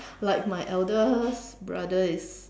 like my eldest brother is